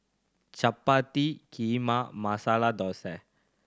Chapati Kheema and Masala Dosa